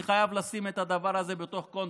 אני חייב לשים את הדבר הזה בתוך קונטקסט.